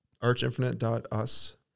archinfinite.us